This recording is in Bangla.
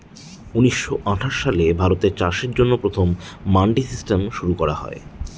উনিশশো আঠাশ সালে ভারতে চাষের জন্য প্রথম মান্ডি সিস্টেম শুরু করা হয়